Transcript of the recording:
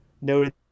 noted